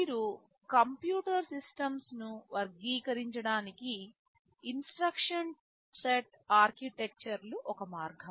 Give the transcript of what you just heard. మీరు కంప్యూటర్ సిస్టమ్స్ను వర్గీకరించడానికి ఇన్స్ట్రక్షన్ సెట్ ఆర్కిటెక్చర్లు ఒక మార్గం